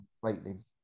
frightening